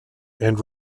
and